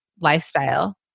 lifestyle